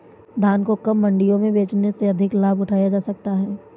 धान को कब मंडियों में बेचने से अधिक लाभ उठाया जा सकता है?